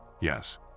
Yes